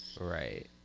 Right